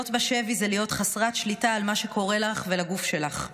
להיות בשבי זה להיות חסרת שליטה על מה שקורה לך ולגוף שלך.